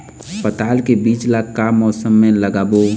पताल के बीज ला का मौसम मे लगाबो?